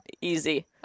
easy